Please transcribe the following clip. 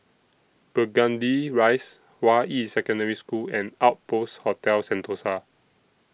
Burgundy Rise Hua Yi Secondary School and Outpost Hotel Sentosa